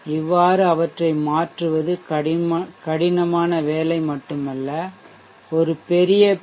இவ்வாறு அவற்றை மாற்றுவது கடினமான வேலை மட்டுமல்ல ஒரு பெரிய பி